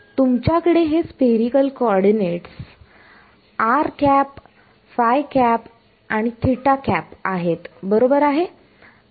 तुमच्याकडे हे spherical coordinates आहेत बरोबर आहे